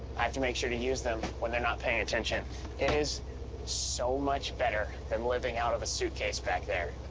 i have to make sure to use them when they're not paying attention. it is so much better than living out of a suitcase back there.